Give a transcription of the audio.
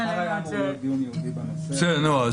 נעמה, היועצת המשפטית של הוועדה, בבקשה תשאלי.